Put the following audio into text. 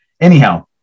anyhow